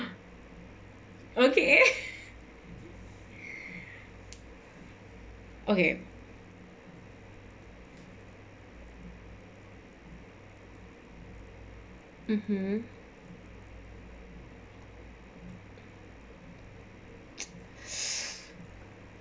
okay okay mmhmm